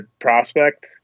prospect